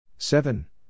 Seven